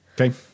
Okay